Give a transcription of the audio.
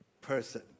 person